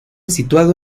situado